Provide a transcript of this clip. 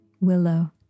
willow